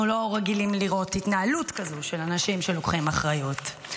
אנחנו לא רגילים לראות התנהלות כזו של אנשים שלוקחים אחריות.